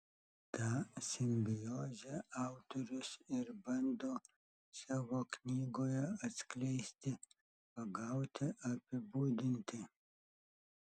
tą simbiozę autorius ir bando savo knygoje atskleisti pagauti apibūdinti